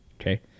okay